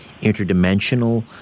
interdimensional